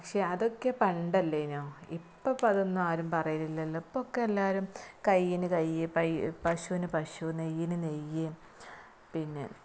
പക്ഷെ അതൊക്കെ പണ്ടല്ലേ ഞൊ ഇപ്പപ്പത്തൊന്നും ആരും പറയലില്ലല്ലോ ഇപ്പൊക്കെ എല്ലാവരും കയ്യിൽ നിന്നു കൈ പശൂന് പശു നെയ്യിന് നെയ്യ് പിന്നെ